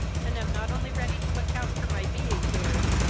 and am not only ready to account for my being here,